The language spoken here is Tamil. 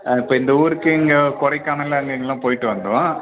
ஆ இப்போ இந்த ஊருக்கு இங்கே கொடைக்கானல் அங்கே இங்கெல்லாம் போயிட்டு வந்தோம்